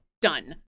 Done